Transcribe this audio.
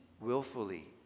willfully